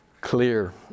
clear